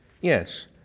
Yes